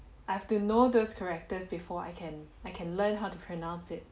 I have to know those characters before I can I can learn how to pronounce it